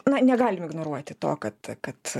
na negalim ignoruoti to kad kad